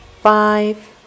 five